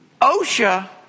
OSHA